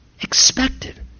expected